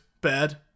bad